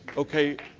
okay,